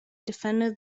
defended